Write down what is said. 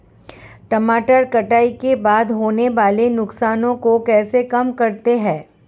टमाटर कटाई के बाद होने वाले नुकसान को कैसे कम करते हैं?